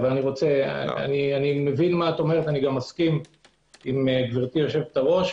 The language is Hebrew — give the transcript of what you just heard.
אני גם מסכים עם גברתי יושבת-הראש.